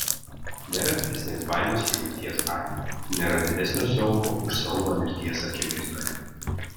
nėra didesnės baimės už mirties baimę nėra didesnio siaubo už siaubą mirties akivaizdoje